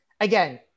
again